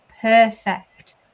perfect